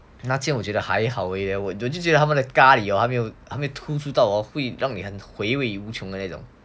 那间我觉得还好最近我觉得他们的咖哩没有没有突出到我会让你很回味无穷的那种